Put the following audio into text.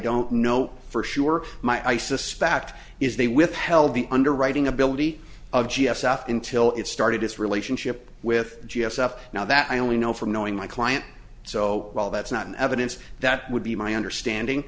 don't know for sure my i suspect is they withheld the underwriting ability of g s off until it started its relationship with g s f now that i only know from knowing my client so well that's not in evidence that would be my understanding